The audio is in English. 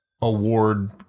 award